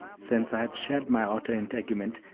since i had shed my outer integument,